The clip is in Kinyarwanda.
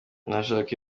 ntashaka